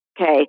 Okay